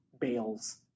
bales